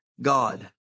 God